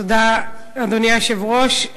תודה, אדוני היושב-ראש.